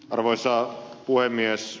arvoisa puhemies